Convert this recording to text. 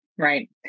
Right